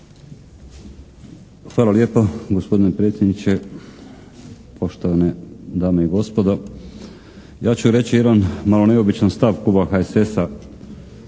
Hvala lijepo gospodine predsjedniče. Poštovane dame i gospodo. Ja ću reći jedan malo neobičan stav kluba HSS-a